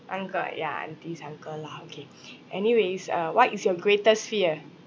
uncle ya aunties uncle lah okay anyways uh what is your greatest fear